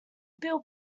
bill